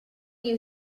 you